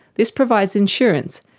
this provides insurance,